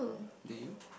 do you